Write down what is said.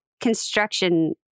construction